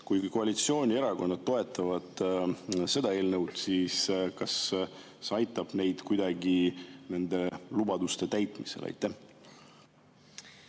kui koalitsioonierakonnad toetavad seda eelnõu, siis kas see aitab neil kuidagi nende lubadusi täita?